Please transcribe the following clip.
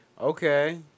Okay